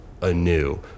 anew